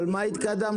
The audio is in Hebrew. אבל במה אנחנו מתקדמים?